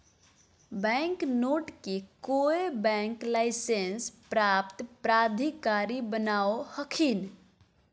bank note के कोय bank licence प्राप्त प्राधिकारी बनावो हखिन